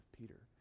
Peter